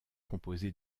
composée